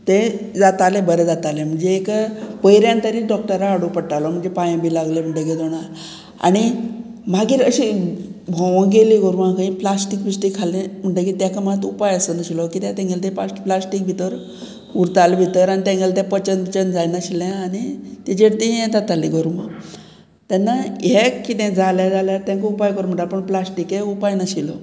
ते जाताले बरे जाताले म्हणजे एक पयल्यान तरी डॉक्टरां हाडूंक पडटालो म्हणजे पांय बी लागले म्हणटगीर जाणां आनी मागीर अशी भोंवो गेली गोरवां खंय प्लास्टीक बीश्टीक खाले म्हणटगीर ताका मात उपाय आसनाशिल्लो किद्याक तेंगेले ते प्लास्ट प्लास्टीक भितर उरताले भितर आनी तेंगेले ते पचन बचन जायनाशिल्ले आनी तेजेर ती हे जाताली गोरवां तेन्ना हे कितें जालें जाल्यार तांकां उपाय करूं म्हणटा पूण प्लास्टीक उपाय नाशिल्लो